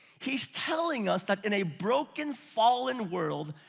he's telling us that in a broken fallen world,